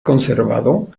conservado